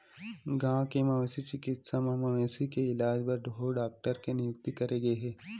गाँव के मवेशी चिकित्सा म मवेशी के इलाज बर ढ़ोर डॉक्टर के नियुक्ति करे गे हे